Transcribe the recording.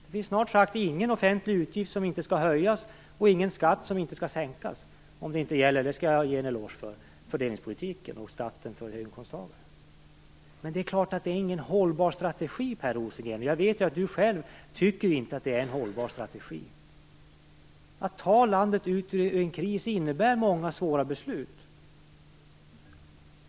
Det finns snart sagt ingen offentlig utgift som inte skall höjas och ingen skatt som inte skall sänkas, om det inte gäller fördelningspolitik och skatten för höginkomsttagare - det skall jag ge dem en eloge för. Men det är ingen hållbar strategi, Per Rosengren. Jag vet att Per Rosengren själv inte tycker det. Att ta landet ur en kris kräver många svåra beslut.